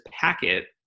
packet